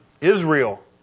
Israel